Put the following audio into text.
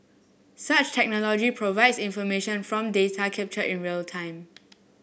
such technology provides information from data captured in real time